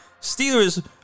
Steelers